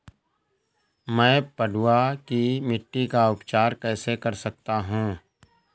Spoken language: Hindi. मैं पडुआ की मिट्टी का उपचार कैसे कर सकता हूँ?